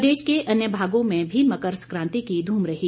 प्रदेश के अन्य भागों में भी मकर सकांति की धूम रही